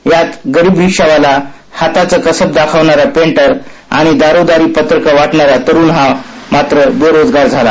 यात गरीब रिक्षावाला हाताच कसब दाखवणारा पेंटर आणि दारोदारी पत्रक वाटणारा तरुण हा मात्र बेरोजगार झाला